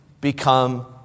become